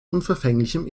unverfänglichem